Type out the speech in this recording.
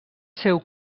seu